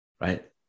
right